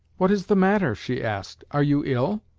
what is the matter? she asked. are you ill?